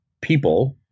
people